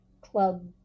club